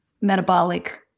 metabolic